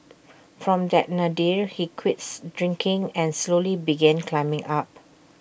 from that Nadir he quits drinking and slowly began climbing up